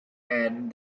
and